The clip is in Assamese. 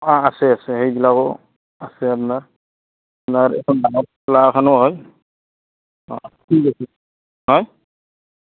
অঁ আছে আছে সেইবিলাকো আছে আপোনাৰ আপোনাৰ এখন ডাঙৰ মেলা এখনো হয় অঁ ঠিক আছে হেঁ